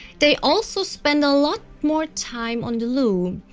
they also spend a lot more time on the loo,